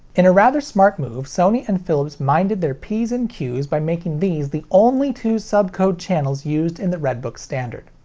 in a rather smart move, sony and philips minded their p's and q's by making these the only two subcode channels used in the red book standard.